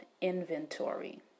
inventory